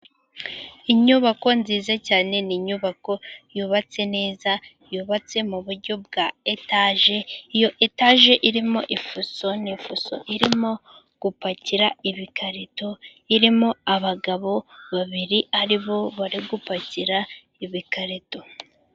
Inyubako nziza cyane ni inyubako yubatse neza yubatse mu buryo bwa etaje. Iyo etaje irimo ifuso n'ifoso irimo gupakira ibikarito. Irimo abagabo babiri, ari bo bari gupakira ibikarito.